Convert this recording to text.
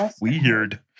weird